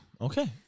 Okay